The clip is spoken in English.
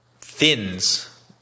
thins